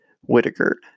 Whitaker